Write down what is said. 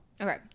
Okay